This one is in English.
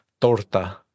Torta